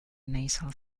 nasal